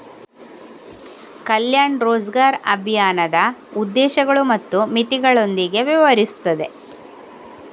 ಕಲ್ಯಾಣ್ ರೋಜ್ಗರ್ ಅಭಿಯಾನದ ಉದ್ದೇಶಗಳು ಮತ್ತು ಮಿತಿಗಳೊಂದಿಗೆ ವ್ಯವಹರಿಸುತ್ತದೆ